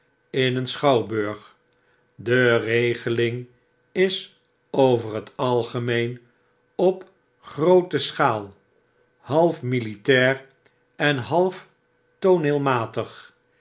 in een schouwburg de regeling is over t algemeen op groote schaal half militair en half tooneelmatig